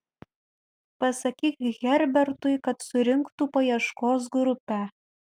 pasakyk herbertui kad surinktų paieškos grupę